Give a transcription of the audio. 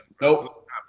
Nope